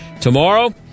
tomorrow